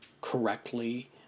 correctly